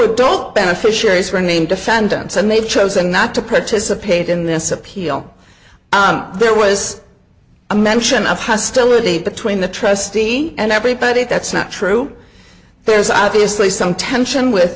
adult beneficiaries were named defendants and they've chosen not to participate in this appeal there was a mention of hostility between the trustee and everybody that's not true there's obviously some tension with